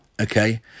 okay